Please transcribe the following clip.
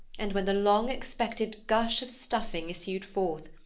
and when the long expected gush of stuffing issued forth,